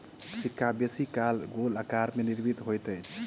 सिक्का बेसी काल गोल आकार में निर्मित होइत अछि